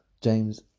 James